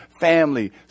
family